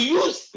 use